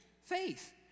faith